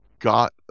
got